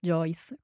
Joyce